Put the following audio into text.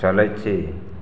चलै छी